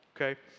okay